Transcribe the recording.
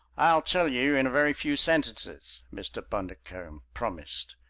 i'll tell you in a very few sentences, mr. bundercombe promised.